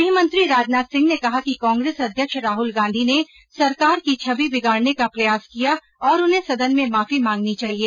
गृहमंत्री राजनाथ सिंह ने कहा कि कांग्रेस अध्यक्ष राहुल गांधी ने सरकार की छवि बिगाड़ने का प्रयास किया और उन्हें सदन में माफी मांगनी चाहिए